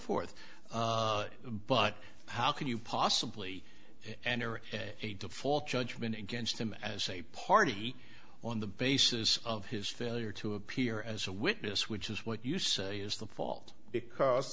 forth but how can you possibly enter a default judgment against him as a party on the basis of his failure to appear as a witness which is what you say is the fault because